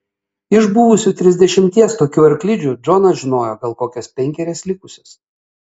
iš buvusių trisdešimties tokių arklidžių džonas žinojo gal kokias penkerias likusias